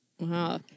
Wow